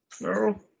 no